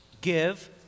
Give